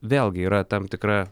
vėlgi yra tam tikra